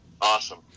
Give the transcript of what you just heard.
Awesome